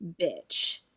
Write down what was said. Bitch